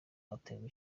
aterwa